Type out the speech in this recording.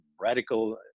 radical